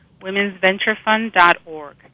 womensventurefund.org